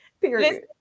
Period